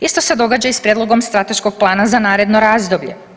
Isto se događa i s prijedlogom strateškog plana za naredno razdoblje.